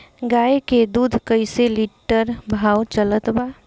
गाय के दूध कइसे लिटर भाव चलत बा?